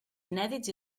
inèdits